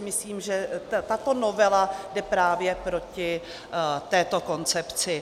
Myslím si, že tato novela jde právě proti této koncepci.